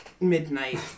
Midnight